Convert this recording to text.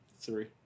three